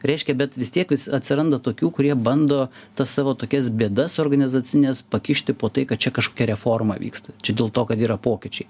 reiškia bet vis tiek atsiranda tokių kurie bando tas savo tokias bėdas organizacines pakišti po tai kad čia kažkokia reforma vyksta čia dėl to kad yra pokyčiai